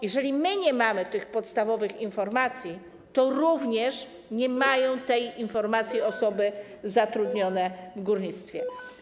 Jeżeli my nie mamy tych podstawowych informacji, to również nie mają tej informacji osoby zatrudnione w górnictwie.